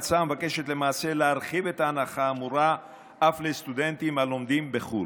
ההצעה מאפשרת למעשה להרחיב את ההנחה האמורה אף לסטודנטים הלומדים בחו"ל.